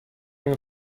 این